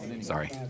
sorry